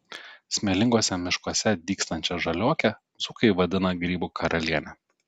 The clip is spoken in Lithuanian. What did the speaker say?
smėlinguose miškuose dygstančią žaliuokę dzūkai vadina grybų karaliene